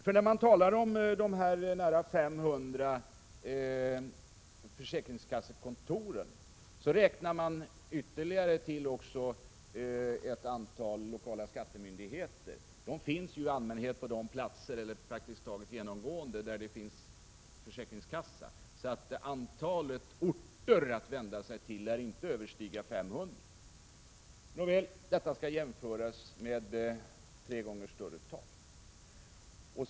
För när man talar om nära 500 försäkringskassekontor räknar man med ytterligare ett antal lokala skattemyndigheter. De finns praktiskt taget genomgående på samma platser där det finns försäkringskassa. Så antalet orter att vända sig till lär inte överstiga 500. Detta skall jämföras med ett tre gånger större antal pastorsexpeditioner.